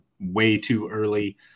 way-too-early